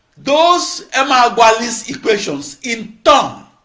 those emeagwali's equations, in turn,